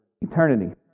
eternity